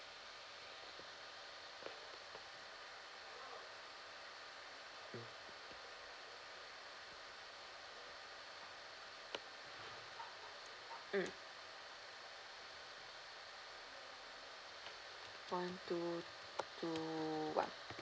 mm one two two one